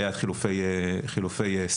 היו חילופי שרים,